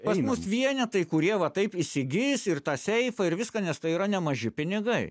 pas mus vienetai kurie va taip įsigys ir tą seifą ir viską nes tai yra nemaži pinigai